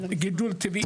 לגידול טבעי.